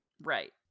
Right